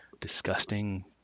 disgusting